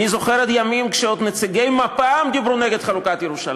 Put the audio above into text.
אני זוכר ימים שעוד נציגי מפ"ם דיברו נגד חלוקת ירושלים.